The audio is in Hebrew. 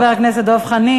תודה רבה, חבר הכנסת דב חנין.